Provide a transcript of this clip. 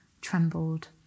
trembled